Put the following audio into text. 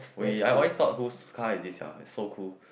we I always talk who's car is it sia so cool